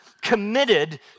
committed